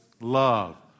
love